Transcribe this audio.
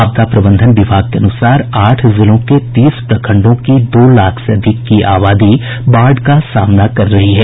आपदा प्रबंधन विभाग के अनुसार आठ जिलों के तीस प्रखंडों की दो लाख से अधिक की आबादी बाढ़ का सामना कर रही है